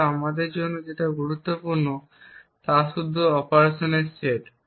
কিন্তু আমাদের জন্য যেটা গুরুত্বপূর্ণ তা হল শুধুমাত্র এই অপারেশনগুলির সেট